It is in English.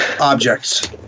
objects